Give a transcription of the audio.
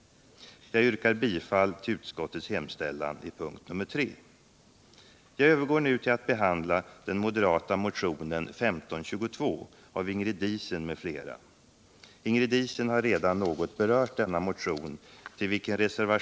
Jag yrkar bifall till utskottets hemställan i punkt 3.